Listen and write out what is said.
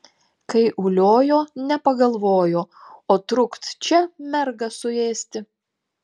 kai uliojo nepagalvojo o trukt čia mergą suėsti